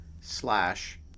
slash